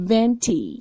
Venti